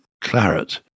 claret